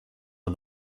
are